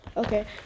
Okay